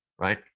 right